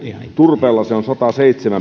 turpeella se on sataseitsemän pilkku